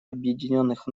объединенных